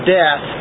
death